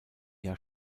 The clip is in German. jahr